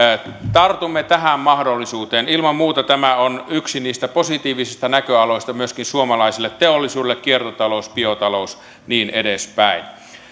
tartumme tähän mahdollisuuteen ilman muuta tämä on yksi niistä positiivisista näköaloista myöskin suomalaiselle teollisuudelle kiertotalous biotalous niin edespäin